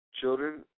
Children